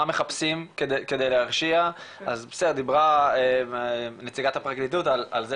מחפשים כדי להרשיע אז בסדר דיברה נציגת הפרקליטות על זה